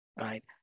right